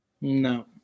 No